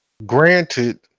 granted